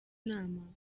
inama